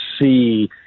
see